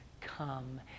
come